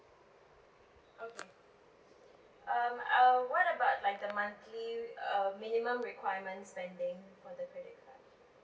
okay um uh what about like the monthly uh minimum requirement spending of the credit card